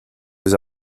was